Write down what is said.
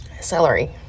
celery